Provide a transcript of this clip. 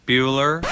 Bueller